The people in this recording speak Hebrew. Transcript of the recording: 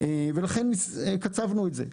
לכן קצבנו את זה,